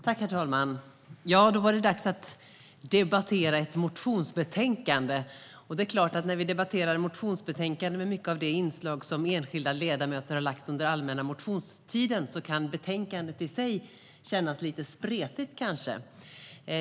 Herr talman! Då var det dags att debattera ett motionsbetänkande, och när vi debatterar motioner som enskilda ledamöter har väckt under allmänna motionstiden kan betänkandet kännas lite spretigt.